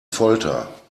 folter